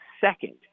second